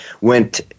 went